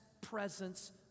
presence